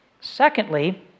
Secondly